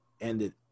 ended